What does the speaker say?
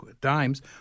dimes